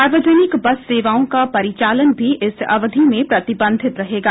सार्वजनिक बस सेवाओं का परिचालन भी इस अवधि में प्रतिबंधित रहेगा